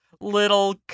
little